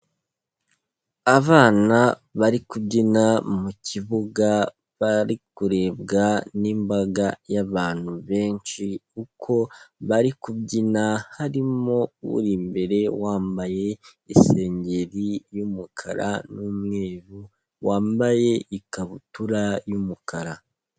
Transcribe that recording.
Abana bari kubyina mukibuga, bari kurebwa n'imbaga y'abantu benshi uko bari kubyina, harimo uri imbere wambaye isengeri y'umukara n'umweru, wambaye ikabutura y'umukara.